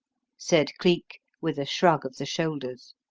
said cleek with a shrug of the shoulders.